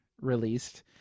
released